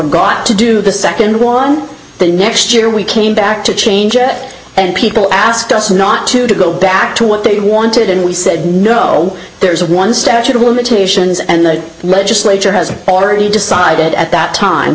forgot to do the second one the next year we came back to change it and people asked us not to go back to what they wanted and we said no there is one statute of limitations and the legislature has already decided at that time